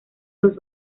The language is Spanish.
dos